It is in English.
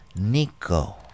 Nico